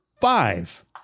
five